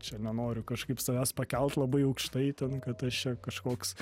čia nenoriu kažkaip savęs pakelt labai aukštai ten kad aš čia kažkoks